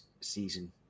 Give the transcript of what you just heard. season